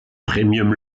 premium